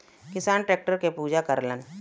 किसान टैक्टर के पूजा करलन